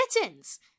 kittens